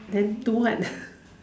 then do what